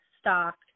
stocked